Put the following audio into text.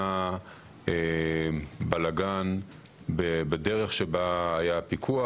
היה בלגן בדרך שבה היה הפיקוח,